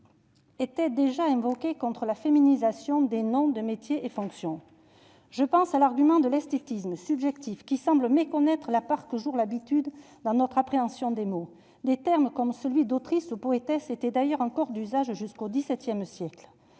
étaient déjà invoqués contre la féminisation des noms de métiers et fonctions. Je pense à l'argument subjectif de l'esthétisme, qui semble méconnaître la part que joue l'habitude dans notre appréhension des mots. Des termes comme « autrice » ou « poétesse » étaient encore d'usage jusqu'au XVII siècle